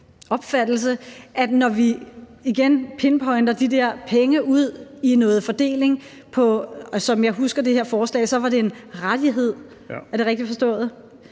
problem med, at når vi pinpointer de der penge ud i noget fordeling – og som jeg husker det her forslag, var det en reel rettighed, det var en ret,